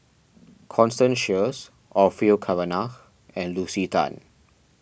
Constance Sheares Orfeur Cavenagh and Lucy Tan